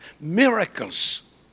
miracles